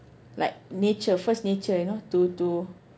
like nature first nature you know to to